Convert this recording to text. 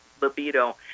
libido